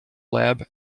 lab